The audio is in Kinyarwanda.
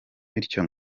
bityo